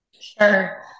Sure